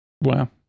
Wow